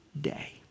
day